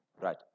Right